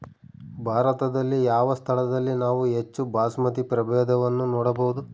ಭಾರತದಲ್ಲಿ ಯಾವ ಸ್ಥಳದಲ್ಲಿ ನಾವು ಹೆಚ್ಚು ಬಾಸ್ಮತಿ ಪ್ರಭೇದವನ್ನು ನೋಡಬಹುದು?